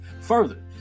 Further